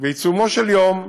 בעיצומו של יום,